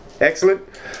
Excellent